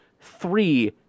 three